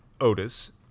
Otis